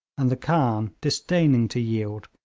and the khan, disdaining to yield,